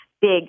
big